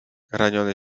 raniony